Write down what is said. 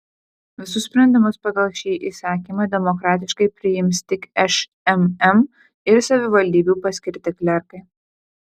visus sprendimus pagal šį įsakymą demokratiškai priims tik šmm ir savivaldybių paskirti klerkai